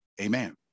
amen